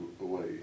away